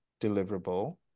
deliverable